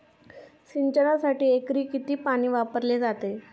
सिंचनासाठी एकरी किती पाणी वापरले जाते?